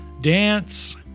dance